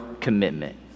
commitment